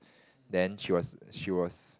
then she was she was